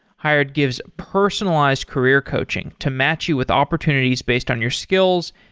hired gives personalized career coaching to match you with opportunities based on your skills,